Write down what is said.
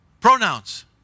Pronouns